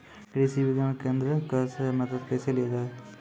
कृषि विज्ञान केन्द्रऽक से मदद कैसे लिया जाय?